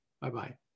Bye-bye